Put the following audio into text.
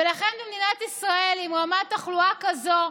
ולכן במדינת ישראל, עם רמת תחלואה כזו,